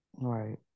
right